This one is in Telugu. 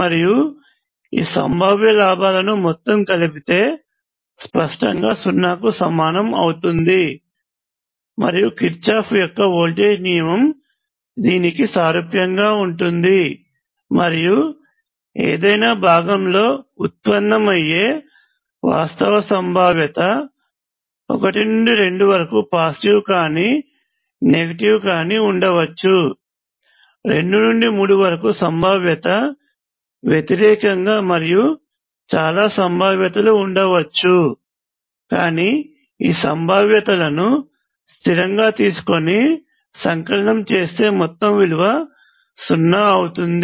మరియు ఈ సంభావ్య లాభాలను మొత్తం కలిపితే స్పష్టంగా సున్నాకు సమానము అవుతుంది మరియు కిర్చాఫ్ యొక్క వోల్టేజ్ నియమము దీనికి సారూప్యంగా ఉంటుంది మరియు ఏదైనా భాగంలో ఉత్పన్నమయ్యే వాస్తవ సంభావ్యత 1 నుండి 2 వరకు పాజిటివ్ కానీ నెగటివ్ కానీ ఉండవచ్చు 2 నుండి 3 వరకు సంభావ్యత వ్యతిరేకంగా మరియు చాలా సంభావ్యతలు ఉండవచ్చు కానీ ఈ సంభావ్యతలను స్థిరంగా తీసుకుని సంకలనం చేస్తే మొత్తం విలువ 0 అవుతుంది